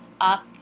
up